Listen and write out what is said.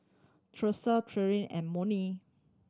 Tressa Thea and Monnie